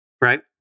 Right